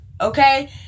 Okay